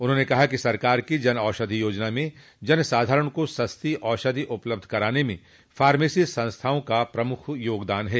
उन्होंने कहा कि सरकार की जन औषधि योजना में जन साधारण को सस्ती औषधि उपलब्ध कराने में फार्मेसी संस्थाओं का प्रमुख योगदान है